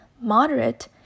moderate